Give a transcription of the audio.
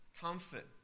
Comfort